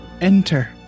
Enter